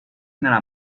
nella